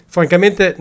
Francamente